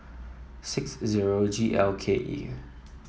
six zero G L K E